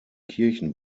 kirchen